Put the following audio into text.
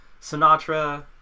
Sinatra